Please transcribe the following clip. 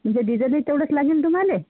म्हणजे डिझेलही तेवढंच लागीन तुम्हाला